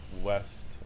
West